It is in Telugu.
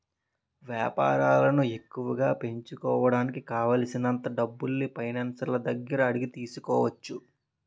వేపారాలను ఎక్కువగా పెంచుకోడానికి కావాలిసినంత డబ్బుల్ని ఫైనాన్సర్ల దగ్గర అడిగి తీసుకోవచ్చు